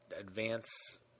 advance